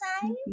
time